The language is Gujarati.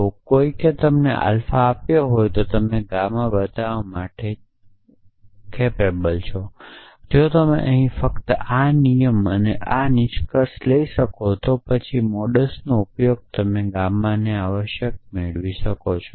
જો કોઈકે તમને આલ્ફા આપ્યો છે અને તમને ગામા બતાવવા માટે કહ્યું છે તો તમે અહીં ફક્ત આ નિયમ અને આ નિષ્કર્ષ લઈ શકો છો અને પછી મોડસનો ઉપયોગ ગામાને આવશ્યકપણે મેળવી શકે છે